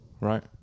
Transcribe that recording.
right